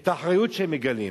את האחריות שהם מגלים.